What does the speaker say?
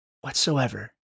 Whatsoever